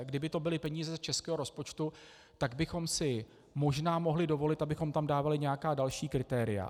Kdyby to byly peníze z českého rozpočtu, tak bychom si možná mohli dovolit tam dávat nějaká další kritéria.